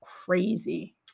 crazy